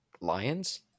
lions